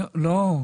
לא.